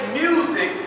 music